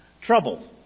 Trouble